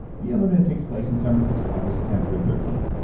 be unlimited takes place in san francisco august ten through the thirteenth.